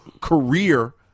career